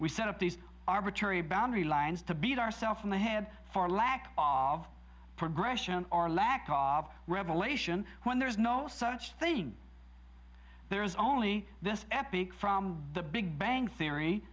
we set up these arbitrary boundary lines to beat ourself in the head for lack of progression or lack of revelation when there's no such thing there is only this epic from the big bang theory